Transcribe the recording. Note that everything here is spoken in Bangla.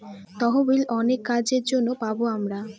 তহবিল অনেক কাজের জন্য পাবো আমরা